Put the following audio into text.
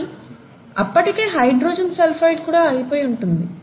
కానీ అప్పటికే hydrogen sulphide కూడా అయిపోయి ఉంటుంది